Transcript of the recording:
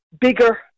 bigger